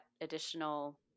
additional